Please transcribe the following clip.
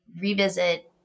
revisit